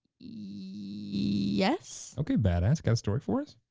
yes. okay badass got a story for us?